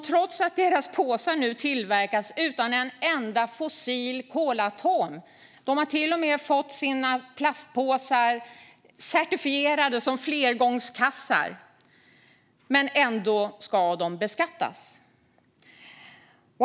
Trots att deras påsar nu tillverkas utan en enda fossil kolatom - de har till och med fått sina plastpåsar certifierade som flergångskassar - ska de beskattas.